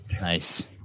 nice